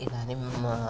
इदानीं